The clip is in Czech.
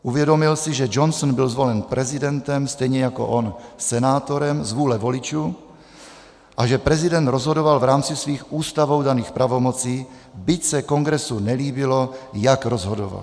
Uvědomil si, že Johnson byl zvolen prezidentem stejně jako on senátorem z vůle voličů a že prezident rozhodoval v rámci svých ústavou daných pravomocí, byť se Kongresu nelíbilo, jak rozhodoval.